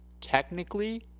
technically